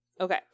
Okay